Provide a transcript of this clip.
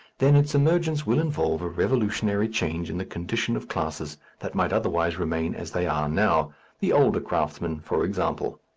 then its emergence will involve a revolutionary change in the condition of classes that might otherwise remain as they are now the older craftsman, for example.